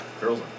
girls